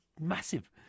massive